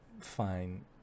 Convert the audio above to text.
fine